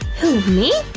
who me?